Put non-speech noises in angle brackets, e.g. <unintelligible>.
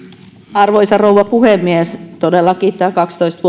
arvoisa rouva puhemies todellakin tämän kaksitoista <unintelligible>